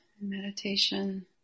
meditation